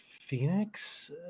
phoenix